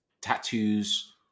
tattoos